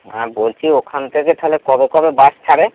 হ্যাঁ বলছি ওখান থেকে তাহলে কবে কবে বাস ছাড়ে